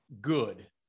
good